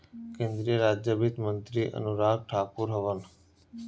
केंद्रीय राज वित्त मंत्री अनुराग ठाकुर हवन